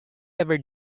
ever